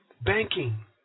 Banking